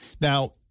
Now